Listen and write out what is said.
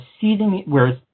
seizing—whereas